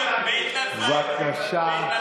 בהתנדבות,